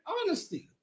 honesty